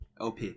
OP